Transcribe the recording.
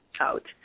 out